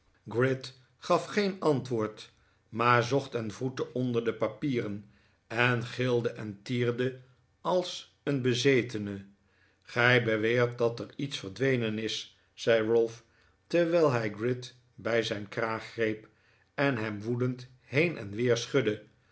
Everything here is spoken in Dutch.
gride gaf geen antwoord maar zocht en wroette onder de papieren en gilde en tierde als een bezetene gij beweert dat er iets verdwenen is zei ralph terwijl hij gride bij zijn kraag greep en hem woedend heen en weer schudde